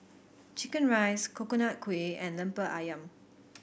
Chicken Rice Coconut Kuih and Lemper Ayam